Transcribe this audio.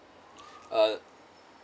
uh